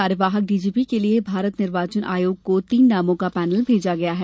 कार्यवाहक डीजीपी के लिये भारत निर्वाचन आयोग को तीन नामों का पैनल भेजा गया है